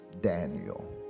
Daniel